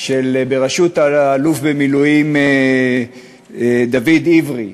בראשות האלוף במילואים דוד עברי,